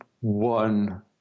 one